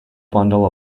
bundle